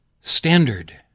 standard